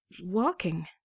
walking